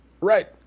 Right